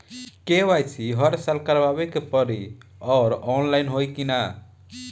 KYC हर साल करवावे के पड़ी और ऑनलाइन होई की ना?